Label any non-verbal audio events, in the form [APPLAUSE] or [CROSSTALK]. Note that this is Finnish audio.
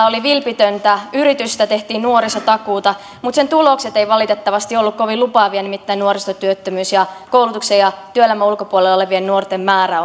[UNINTELLIGIBLE] oli vilpitöntä yritystä tehtiin nuorisotakuuta mutta sen tulokset eivät valitettavasti olleet kovin lupaavia nimittäin nuorisotyöttömyys ja koulutuksen ja työelämän ulkopuolella olevien nuorten määrä [UNINTELLIGIBLE]